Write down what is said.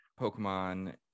Pokemon